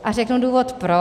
A řeknu důvod proč.